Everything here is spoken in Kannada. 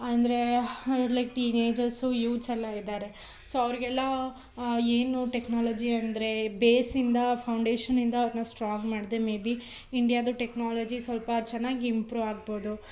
ಅಂದರೆ ಲೈಕ್ ಟೀನೇಜಸು ಯೂತ್ಸ್ ಎಲ್ಲ ಇದ್ದಾರೆ ಸೋ ಅವರಿಗೆಲ್ಲ ಏನು ಟೆಕ್ನಾಲಜಿ ಅಂದರೆ ಬೇಸಿಂದ ಫೌಂಡೇಷನಿಂದ ಅವ್ರನ್ನ ಸ್ಟ್ರಾಂಗ್ ಮಾಡದೇ ಮೇ ಬಿ ಇಂಡಿಯಾದ ಟೆಕ್ನಾಲಜಿ ಸ್ವಲ್ಪ ಚೆನ್ನಾಗಿ ಇಂಪ್ರೂವ್ ಆಗ್ಬೋದು